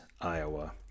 Iowa